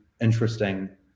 interesting